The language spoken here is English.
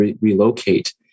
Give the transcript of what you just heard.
relocate